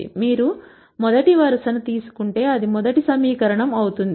మీరు మొదటి వరుస ను తీసుకుంటే అది మొదటి సమీకరణం అవుతుంది